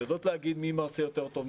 לא יודעות להגיד מי מרצה יותר טוב,